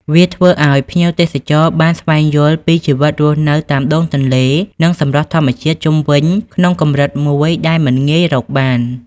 វាធ្វើឱ្យភ្ញៀវទេសចរណ៍បានស្វែងយល់ពីជីវិតរស់នៅតាមដងទន្លេ និងសម្រស់ធម្មជាតិជុំវិញក្នុងកម្រិតមួយដែលមិនងាយរកបាន។